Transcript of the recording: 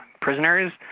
prisoners